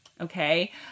okay